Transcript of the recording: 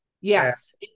Yes